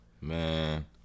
Man